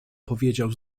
powiedział